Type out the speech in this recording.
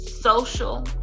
social